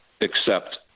accept